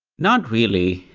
not really.